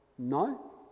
No